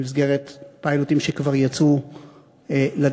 במסגרת פיילוטים שכבר יצאו לדרך.